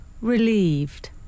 relieved